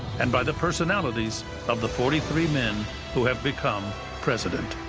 and by the personalities of the forty three men who have become president.